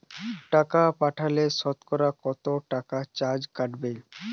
টাকা পাঠালে সতকরা কত টাকা চার্জ কাটবে?